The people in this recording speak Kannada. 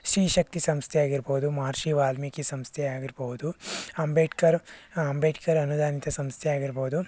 ಶ್ರೀ ಶಕ್ತಿ ಸಂಸ್ಥೆಯಾಗಿರ್ಬೋದು ಮಹರ್ಷಿ ವಾಲ್ಮೀಕಿ ಸಂಸ್ಥೆಯಾಗಿರ್ಬೋದು ಅಂಬೇಡ್ಕರ್ ಅಂಬೇಡ್ಕರ್ ಅನುದಾನಿತ ಸಂಸ್ಥೆಯಾಗಿರ್ಬೋದು